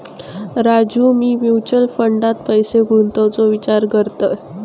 राजू, मी म्युचल फंडात पैसे गुंतवूचो विचार करतय